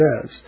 says